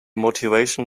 motivation